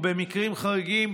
ובמקרים חריגים,